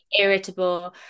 irritable